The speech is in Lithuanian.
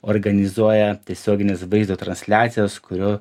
organizuoja tiesiogines vaizdo transliacijos kurio